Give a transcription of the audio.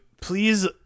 Please